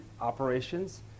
operations